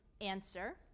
Answer